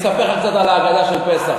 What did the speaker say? אני אספר לך קצת על ההגדה של פסח,